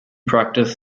practice